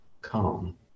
calm